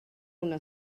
una